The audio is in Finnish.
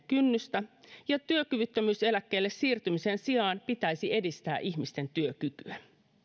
kynnystä ja työkyvyttömyyseläkkeelle siirtymisen sijaan pitäisi edistää ihmisten työkykyä